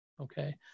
okay